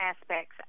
aspects